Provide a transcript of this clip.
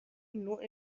نوع